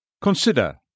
Consider